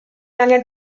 angen